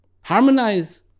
Harmonize